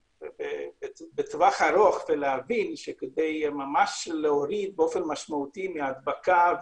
לטווח ארוך ולהבין שכדי ממש להוריד באופן משמעותי את ההדבקה,